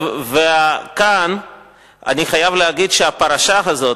כאן אני חייב להגיד שהפרשה הזאת,